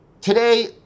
Today